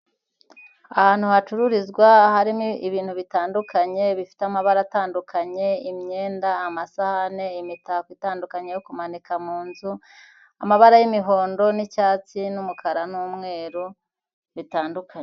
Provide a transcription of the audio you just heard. Ahantu hacururizwa harimo ibintu bitandukanye, bifite amabara atandukanye, imyenda, amasahani, imitako itandukanye yo kumanika mu inzu, amabara y'umuhondo n'icyatsi n'umukara n'umweru bitandukanye.